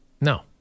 No